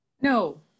No